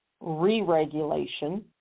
re-regulation